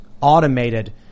automated